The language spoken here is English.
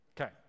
Okay